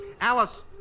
Alice